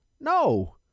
No